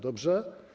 Dobrze?